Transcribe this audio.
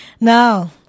Now